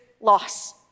loss